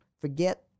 Forget